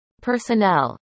personnel